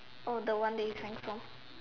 oh the one that you drank from